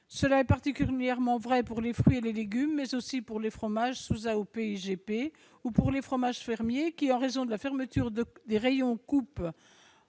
Cela est particulièrement vrai pour les fruits et légumes, mais aussi pour les fromages sous AOP et IGP ou pour les fromages fermiers, qui, en raison de la fermeture des rayons de coupe